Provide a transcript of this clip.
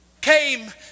came